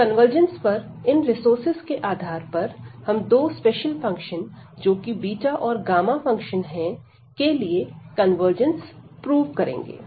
तो कन्वर्जेंस पर इन रिसोर्सेज के आधार पर हम दो स्पेशल फंक्शन जोकि बीटा और गामा फंक्शन है के लिए कन्वर्जेंस प्रूव करेंगे